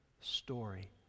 story